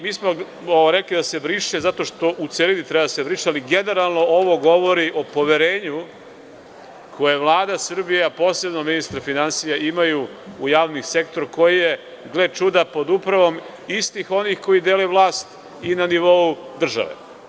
Mi smo rekli da se briše, zato što u celini treba da se briše, ali generalno ovo govori o poverenju koje Vlada Srbije, a posebno ministar finansija, imaju u javni sektor koji je, gle čuda, pod upravom istih onih koji dele vlast i na nivou države.